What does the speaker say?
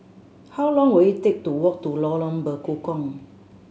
how long will it take to walk to Lorong Bekukong